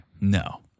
No